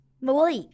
Malik